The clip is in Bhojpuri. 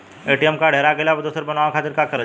ए.टी.एम कार्ड हेरा गइल पर दोसर बनवावे खातिर का करल जाला?